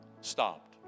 stopped